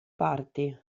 parti